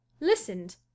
listened